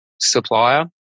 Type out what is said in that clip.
supplier